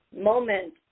moment